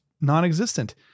non-existent